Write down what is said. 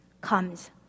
comes